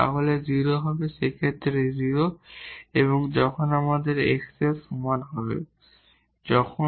তাহলে এই 0 হবে সেই ক্ষেত্রে 0 হবে যখন আমাদের x হবে সমান